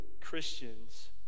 Christians